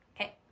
Okay